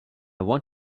want